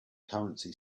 currency